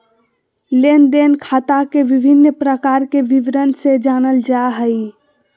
लेन देन खाता के विभिन्न प्रकार के विवरण से जानल जाय हइ